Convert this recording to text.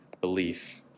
belief